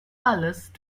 alice